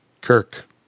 Kirk